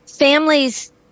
Families